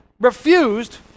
refused